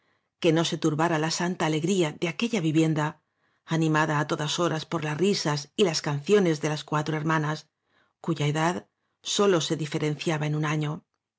que no se turbara la santa alegría de aquella vivien da animada á todas horas las risas por y las canciones de las cuatro hermanas cuya edad sólo se diferenciaba y en un año